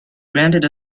granted